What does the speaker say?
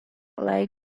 lie